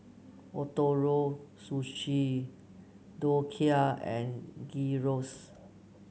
Ootoro Sushi Dhokla and Gyros